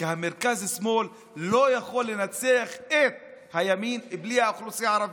כי המרכז-שמאל לא יכול לנצח את הימין בלי האוכלוסייה הערבית.